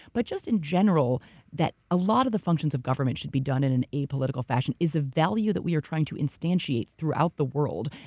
but just in general that a lot of the functions of government should be done in an apolitical fashion is a value that we are trying to instantiate throughout the world.